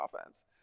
offense